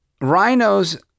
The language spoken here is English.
rhinos